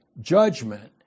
judgment